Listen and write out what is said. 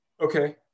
Okay